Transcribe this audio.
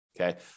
okay